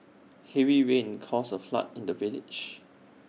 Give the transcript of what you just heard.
heavy rains caused A flood in the village